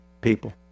people